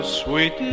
sweet